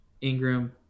Ingram